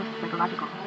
psychological